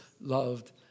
loved